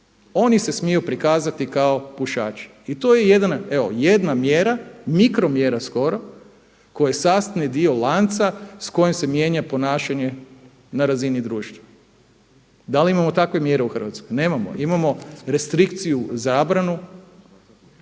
Oni se smiju prikazati kao pušači i to je jedan, evo jedna mjera, mikro mjera skoro koja je sastavni dio lanca s kojim se mijenja ponašanje na razini društva. Da li imamo takve mjere u Hrvatskoj? Nemamo. Imamo restrikciju, zabranu